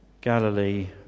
Galilee